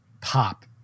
pop